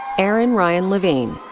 aaron ryan levine.